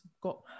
got